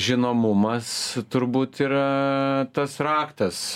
žinomumas turbūt yra tas raktas